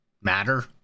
matter